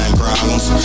problems